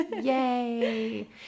Yay